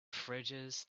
fridges